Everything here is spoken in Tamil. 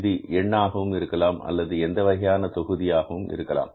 இது எண் ஆகவும் இருக்கலாம் அல்லது இது எந்த வகையான தொகுதியாகவும் இருக்கலாம்